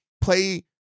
play